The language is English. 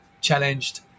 challenged